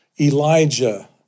Elijah